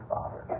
Father